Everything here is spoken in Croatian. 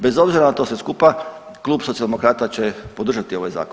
Bez obzira na to sve skupa Klub Socijaldemokrata će podržati ovaj zakon.